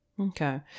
Okay